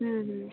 হুম হুম